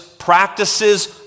practices